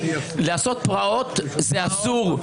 לעשות פרעות זה אסור.